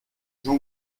jean